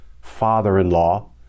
father-in-law